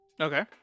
okay